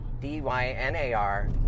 D-Y-N-A-R